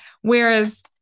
whereas